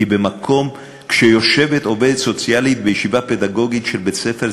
כי כשיושבת עובדת סוציאלית בישיבה פדגוגית של בית-ספר,